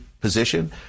position